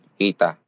kita